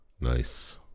Nice